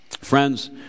Friends